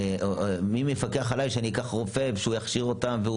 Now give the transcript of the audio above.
מי מפקח עליי שאני אקח רופא, ושהוא יכשיר אותם?